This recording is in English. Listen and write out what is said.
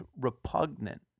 repugnant